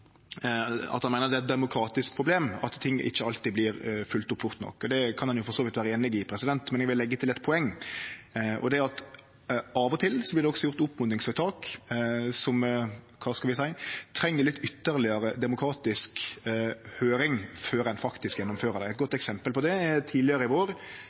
at han meiner det er eit demokratisk problem at ting ikkje alltid vert følgde opp fort nok. Det kan ein for så vidt vere einig i, men eg vil leggje til eit poeng, og det er at av og til vert det også gjort oppmodingsvedtak som – kva skal ein seie – treng ytterlegare demokratisk høyring før ein faktisk gjennomfører det. Eit godt eksempel på det er frå tidlegare i vår,